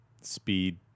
speed